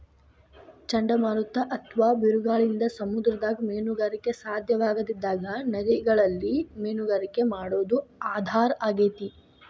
ಚಂಡಮಾರುತ ಅತ್ವಾ ಬಿರುಗಾಳಿಯಿಂದ ಸಮುದ್ರದಾಗ ಮೇನುಗಾರಿಕೆ ಸಾಧ್ಯವಾಗದಿದ್ದಾಗ ನದಿಗಳಲ್ಲಿ ಮೇನುಗಾರಿಕೆ ಮಾಡೋದು ಆಧಾರ ಆಗೇತಿ